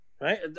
Right